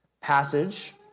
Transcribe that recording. passage